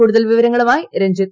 കൂടുതൽ വിവരങ്ങളുമായി രഞ്ജിത്